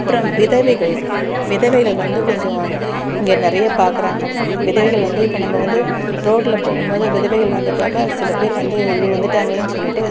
அப்புறம் விதவைகள் விதவைகள் வந்து கொஞ்சம் இங்கே நிறையா பாக்கிறாங்க விதவைகள் வந்து இப்போது நம்ம வந்து ரோட்டில் போகும் போது விதவைகள் வந்துட்டாக்கா சில பேர் வந்து ஐயோ வந்துட்டாங்களேன்னு சொல்லிவிட்டு